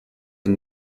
and